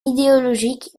idéologique